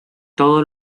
todos